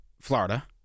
Florida